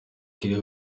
kelly